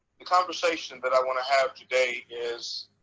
the conversation that i want to have today is,